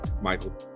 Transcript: Michael